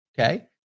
okay